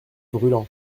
brûlant